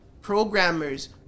programmers